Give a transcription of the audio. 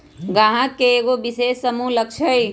गाहक के एगो विशेष समूह लक्ष हई